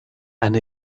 and